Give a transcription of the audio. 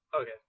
Okay